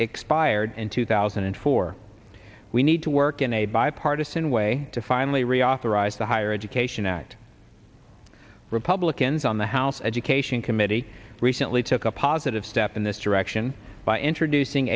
expired in two thousand and four we need to work in a bipartisan way to finally reauthorize the higher education act republicans on the house education committee recently took a positive step in this direction by introducing